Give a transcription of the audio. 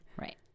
Right